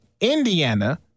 Indiana